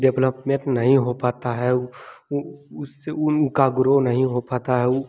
development नहीं हो पता है उनका ग्रो नहीं हो पाता है वह